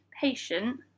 patient